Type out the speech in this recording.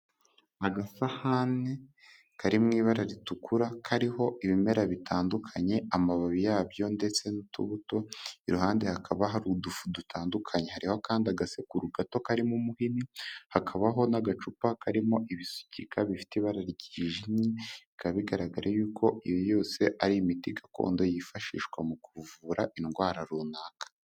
Agasahane kari mu ibara ritukura kariho ibimera bitandukanye amababi yabyo ndetse n'utubuto iruhande hakaba hari udufu dutandukanye hariho kandi agasekuru gato karimo umuhini hakabaho n'agacupa karimo ibisikika bifite ibara ryijimye bikaba bigaragara yuko iyo yose ari imiti gakondo yifashishwa mu kuvura indwara runaka.